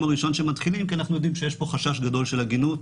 הראשון שמתחילים כי אנחנו יודעים שיש פה חשש גדול של עגינות.